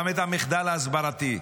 גם את המחדל ההסברתי.